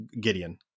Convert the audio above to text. gideon